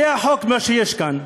זה החוק, מה שיש כאן.